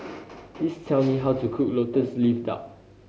please tell me how to cook Lotus Leaf Duck